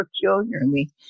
peculiarly